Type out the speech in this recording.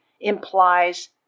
implies